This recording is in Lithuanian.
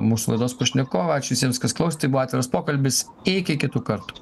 mūsų laidos pašnekovai ačiū visiems kas klausėt tai buvo atviras pokalbis iki kitų kartų